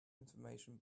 information